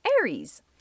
Aries